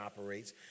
operates